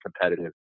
competitive